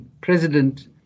president